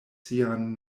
sian